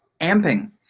amping